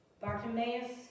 Bartimaeus